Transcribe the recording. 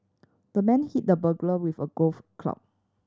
the man hit the burglar with a golf club